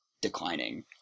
declining